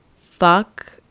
fuck